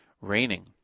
raining